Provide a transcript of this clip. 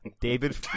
David